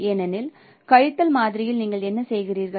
ஏனெனில் கழித்தல் மாதிரியில் நீங்கள் என்ன செய்கிறீர்கள்